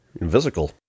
invisible